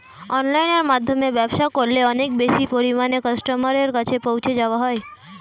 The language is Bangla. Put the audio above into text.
অনলাইনের মাধ্যমে ব্যবসা করলে অনেক বেশি পরিমাণে কাস্টমারের কাছে পৌঁছে যাওয়া যায়?